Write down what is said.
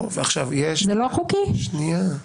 שנייה.